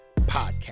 podcast